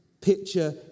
picture